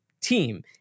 team